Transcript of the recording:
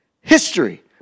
history